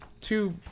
two